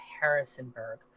Harrisonburg